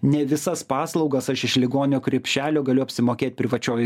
ne visas paslaugas aš iš ligonio krepšelio galiu apsimokėt privačioj